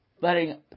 Letting